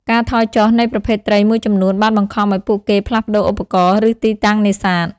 ការថយចុះ នៃប្រភេទត្រីមួយចំនួនបានបង្ខំឱ្យពួកគេផ្លាស់ប្តូរឧបករណ៍ ឬទីតាំងនេសាទ។